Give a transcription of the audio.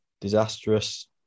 disastrous